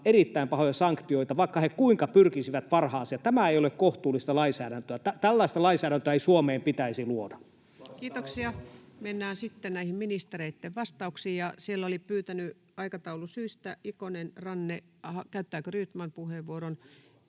erittäin pahoja sanktioita, vaikka he kuinka pyrkisivät parhaaseen, ja tämä ei ole kohtuullista lainsäädäntöä. Tällaista lainsäädäntöä ei Suomeen pitäisi luoda. Kiitoksia. — Mennään sitten näihin ministereitten vastauksiin. Siellä olivat pyytäneet aikataulusyistä Ikonen, Ranne... — Ahaa, käyttääkö Rydman puheenvuoron?